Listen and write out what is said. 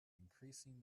increasing